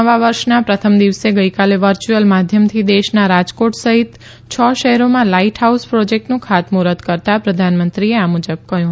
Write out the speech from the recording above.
નવા વર્ષના પ્રથમ દિવસે ગઇકાલે વર્ચ્યુઅલ માધ્યમથી દેશના રાજકોટ સહિત છ શહેરોમાં લાઈટહાઉસ પ્રોજેક્ટનું ખાતમુહૂર્ત કરતા પ્રધાનમંત્રીએ આ મુજબ કહ્યું